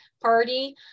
Party